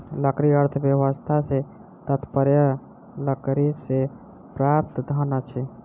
लकड़ी अर्थव्यवस्था सॅ तात्पर्य लकड़ीसँ प्राप्त धन अछि